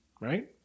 right